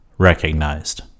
recognized